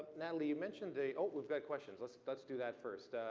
natalie, you mentioned a, oh, we've got questions. let's let's do that first.